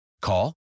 Call